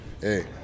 Hey